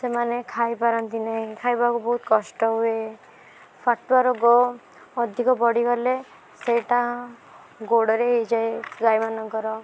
ସେମାନେ ଖାଇପାରନ୍ତି ନାହିଁ ଖାଇବାକୁ ବହୁତ କଷ୍ଟ ହୁଏ ଫାଟୁଆ ରୋଗ ଅଧିକ ବଢ଼ିଗଲେ ସେଇଟା ଗୋଡ଼ରେ ହେଇଯାଏ ଗାଈମାନଙ୍କର